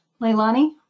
Leilani